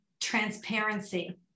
transparency